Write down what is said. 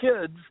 kids